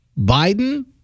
Biden